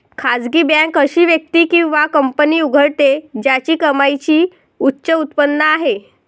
खासगी बँक अशी व्यक्ती किंवा कंपनी उघडते ज्याची कमाईची उच्च उत्पन्न आहे